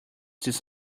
this